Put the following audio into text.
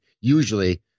usually